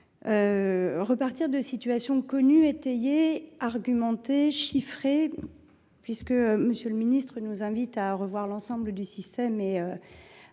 repartir de situations connues, étayées, confirmées et chiffrées, puisque M. le ministre nous invite à revoir l’ensemble du système et